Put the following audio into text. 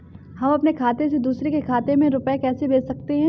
हम अपने खाते से दूसरे के खाते में रुपये कैसे भेज सकते हैं?